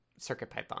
CircuitPython